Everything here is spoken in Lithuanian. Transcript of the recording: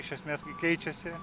iš esmės keičiasi